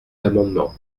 l’amendement